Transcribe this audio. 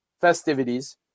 festivities